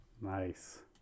Nice